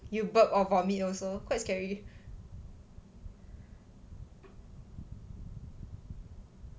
burp or vomit also quite scary